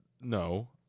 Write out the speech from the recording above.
No